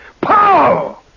Pow